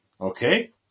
Okay